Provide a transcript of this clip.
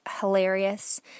hilarious